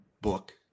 book